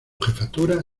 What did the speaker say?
jefatura